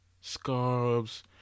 scarves